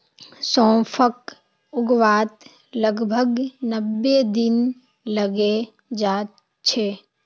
सौंफक उगवात लगभग नब्बे दिन लगे जाच्छे